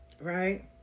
right